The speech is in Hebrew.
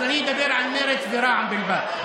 אז אני אדבר על מרצ ורע"מ בלבד.